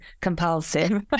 compulsive